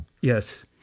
Yes